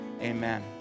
Amen